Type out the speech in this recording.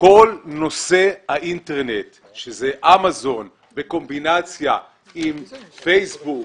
שכל נושא האינטרנט שהוא אמזון בקומבינציה עם פייסבוק,